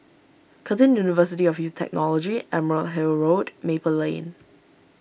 Curtin University of U Technology Emerald Hill Road Maple Lane